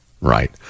right